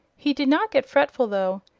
he did not get fretful, though.